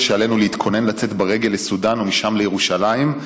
שעלינו להתכונן לצאת ברגל לסודן ומשם לירושלים,